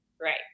Right